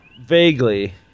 Vaguely